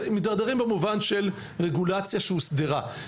ומתדרדרים, במובן של רגולציה שהוסדרה.